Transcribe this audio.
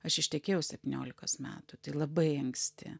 aš ištekėjau septyniolikos metų tai labai anksti